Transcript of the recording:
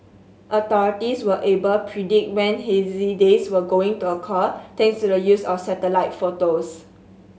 authorities were able predict when hazy days were going to occur thanks to the use of satellite photos